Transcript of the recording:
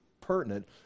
pertinent